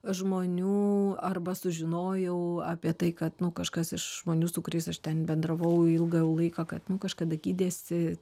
žmonių arba sužinojau apie tai kad nu kažkas iš žmonių su kuriais aš ten bendravau ilgą laiką kad kažkada gydėsi